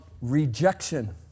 rejection